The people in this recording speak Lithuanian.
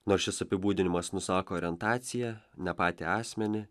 nors šis apibūdinimas nusako orientaciją ne patį asmenį